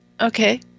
Okay